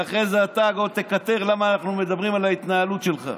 ואחרי זה אתה עוד תקטר למה אנחנו מדברים על ההתנהלות שלך.